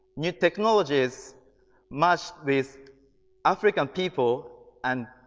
new technologies match with african people and